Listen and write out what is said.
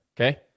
Okay